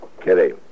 Kitty